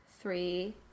three